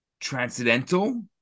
transcendental